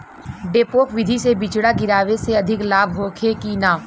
डेपोक विधि से बिचड़ा गिरावे से अधिक लाभ होखे की न?